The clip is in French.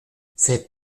c’est